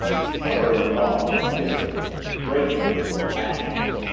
he caught her in his arms and kissed her gratefully, passionately.